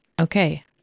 Okay